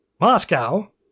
Moscow